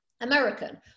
American